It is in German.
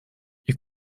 ihr